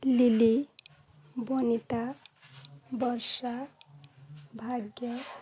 ଲିଲି ବନିତା ବର୍ଷା ଭାଗ୍ୟ